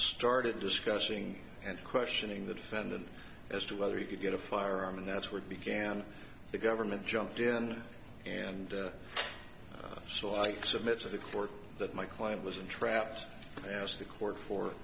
started discussing and questioning the defendant as to whether you could get a firearm and that's where it began the government jumped in and so i submit to the court that my client was entrapped and asked the court for